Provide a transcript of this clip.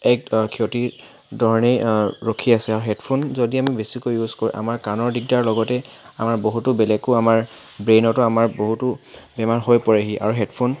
এক ক্ষতিৰ ধৰণে ৰখি আছে হেডফোন যদি আমি বেছিকৈ ইউজ কৰোঁ আমাৰ কাণৰ দিগদাৰ লগতে আমাৰ বহুতো বেলেগো আমাৰ ব্ৰেইনতো আমাৰ বহুতো বেমাৰ হৈ পৰেহি আৰু হেডফোন